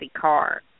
car